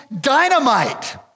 Dynamite